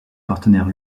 partenaire